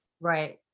Right